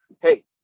hey